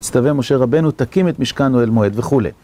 הצטווה משה רבנו תקים את משכן אוהל מועד וכולי.